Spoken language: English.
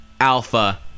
Alpha